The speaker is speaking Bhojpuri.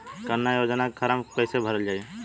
कन्या योजना के फारम् कैसे भरल जाई?